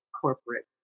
corporate